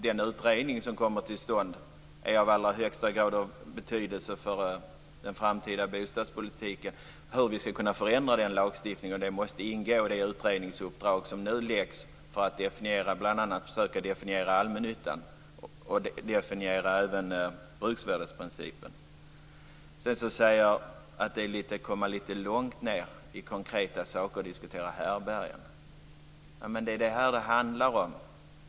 Den utredning som kommer till stånd är i allra högsta grad av betydelse för den framtida bostadspolitiken och för hur vi skall kunna förändra lagstiftningen. Det måste ingå i det utredningsuppdrag som nu läggs fram för att bl.a. försöka definiera allmännyttan och bruksvärdesprincipen. Sedan säger han att det är att komma ned till en lite väl konkret nivå att diskutera härbärgen. Men det är ju det här det handlar om.